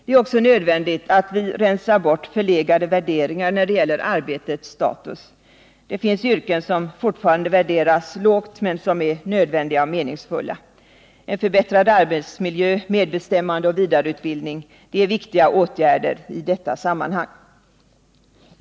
Det är vidare nödvändigt att vi rensar bort förlegade värderingar när det gäller arbetets status. Det finns yrken som fortfarande värderas lågt men som är nödvändiga och meningsfulla. En förbättrad arbetsmiljö, medbestämmande och vidareutbildning är viktiga åtgärder i detta sammanhang.